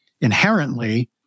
inherently